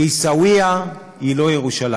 ועיסאוויה היא לא ירושלים.